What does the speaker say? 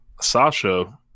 Sasha